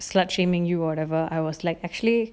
start shaming you or whatsoever I was like actually